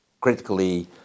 critically